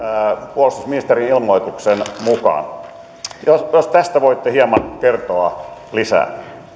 puolustusministerin ilmoituksen mukaan jos tästä voitte hieman kertoa lisää